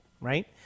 right